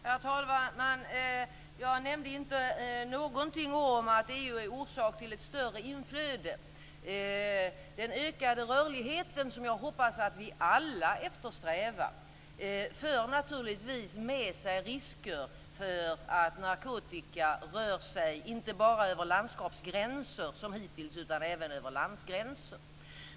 Herr talman! Jag nämnde inte någonting om att EU är orsak till ett större inflöde. Den ökade rörligheten, som jag hoppas att vi alla eftersträvar, för naturligtvis med sig risker för att narkotika rör sig inte bara över landskapsgränser, som hittills, utan även över landgränser.